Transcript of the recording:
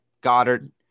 Goddard